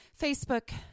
Facebook